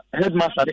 headmaster